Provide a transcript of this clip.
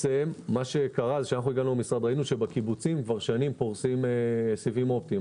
ראינו שבקיבוצים כבר שנים פורסים סיבים אופטיים.